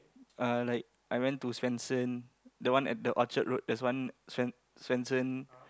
uh like I went to Swensen the one at the Orchard Road there's one Swen~ Swensen